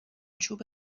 چوب